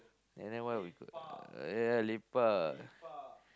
and then why we go ya ya lepak